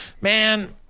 man